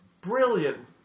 brilliant